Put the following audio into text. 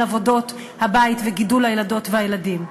עבודות הבית ועל גידול הילדות הילדים.